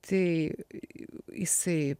tai jisai